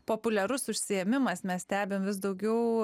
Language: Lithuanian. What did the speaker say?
populiarus užsiėmimas mes stebim vis daugiau